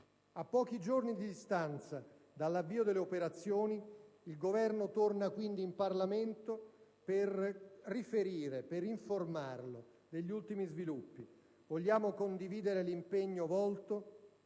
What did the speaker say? A pochi giorni di distanza dall'avvio delle operazioni, il Governo torna quindi in Parlamento per informarlo degli ultimi sviluppi. Vogliamo condividere l'impegno volto